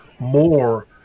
more